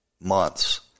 months